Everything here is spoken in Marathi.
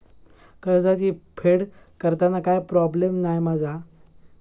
कर्जाची फेड करताना काय प्रोब्लेम नाय मा जा?